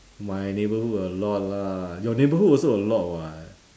my neighbourhood a lot lah your neighbourhood also a lot [what]